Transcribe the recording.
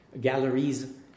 galleries